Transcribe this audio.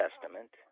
Testament